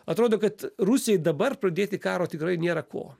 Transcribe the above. atrodo kad rusijai dabar pradėti karo tikrai nėra ko